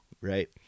Right